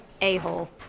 a-hole